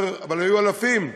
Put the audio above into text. אבל היו אלפים,